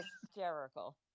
hysterical